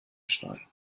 stein